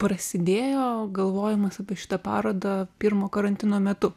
prasidėjo galvojimas apie šitą parodą pirmo karantino metu